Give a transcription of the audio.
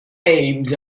aims